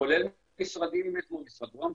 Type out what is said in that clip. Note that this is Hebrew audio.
כולל משרדים כמו משרד רוה"מ,